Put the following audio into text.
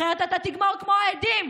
אחרת אתה תגמור כמו העדים.